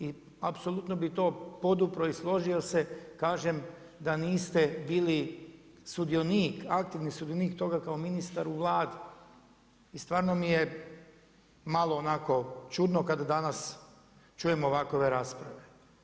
I apsolutno bi to podupro i složio se kažem, da niste bili sudionik, aktivni sudionik toga kao ministar u Vladi i stvarno mi je malo onako, čudno kad danas čujem ovakve rasprave.